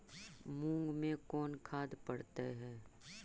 मुंग मे कोन खाद पड़तै है?